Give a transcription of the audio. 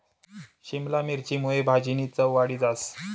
शिमला मिरची मुये भाजीनी चव वाढी जास